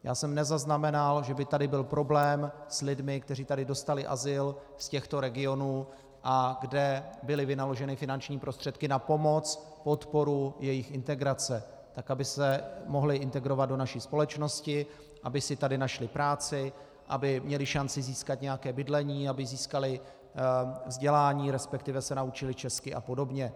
Já jsem nezaznamenal, že by tady byl problém s lidmi, kteří tady dostali azyl z těchto regionů, a kde byly vynaloženy finanční prostředky na pomoc, podporu jejich integrace tak, aby se mohli integrovat do naší společnosti, aby si tady našli práci, aby měli šanci získat nějaké bydlení, aby získali vzdělání, resp. se naučili česky apod.